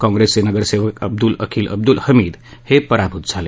काँग्रेसचे नगरसेवक अब्दूल अखिल अब्दूल हमीद हे पराभूत झाले